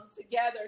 together